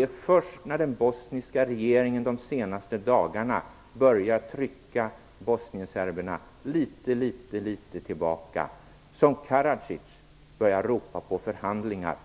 det först när den bosniska regeringen de senaste dagarna börjar trycka tillbaka bosnienserberna litet som Karadzic börjar ropa på förhandlingar.